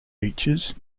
beaches